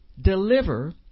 deliver